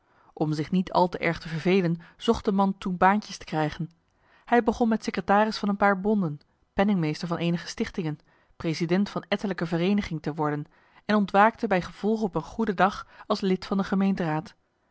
om zich niet al te erg te vervelen zocht de man toen baantjes te krijgen hij begon met secretaris van een paar bonden penningmeester van eenige stichtingen president van ettelijke vereenigingen te worden en ontwaakte bij gevolg op een goede dag als lid van de gemeenteraad